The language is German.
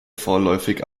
vorläufig